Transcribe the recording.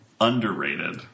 underrated